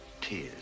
tears